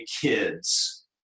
kids